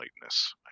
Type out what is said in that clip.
lightness